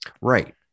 Right